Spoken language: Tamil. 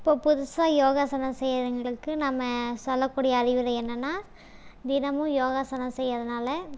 இப்போ புதுசாக யோகாசனம் செய்கிறவங்களுக்கு நம்ம சொல்லக்கூடிய அறிவுரை என்னன்னால் தினமும் யோகாசனம் செய்கிறதினால